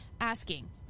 asking